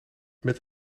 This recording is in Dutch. met